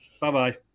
Bye-bye